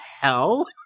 hell